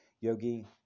Yogi